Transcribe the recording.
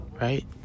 right